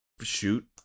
shoot